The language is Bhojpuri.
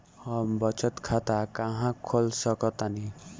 हम बचत खाता कहां खोल सकतानी?